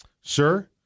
sir